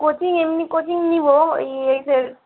coaching এমনি coaching নেবো এই এইসের